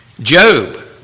Job